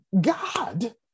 God